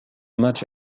match